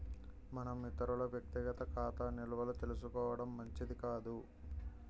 మనం ఇతరుల వ్యక్తిగత ఖాతా నిల్వలు తెలుసుకోవడం మంచిది కాదు